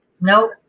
nope